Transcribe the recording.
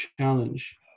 challenge